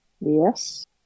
Yes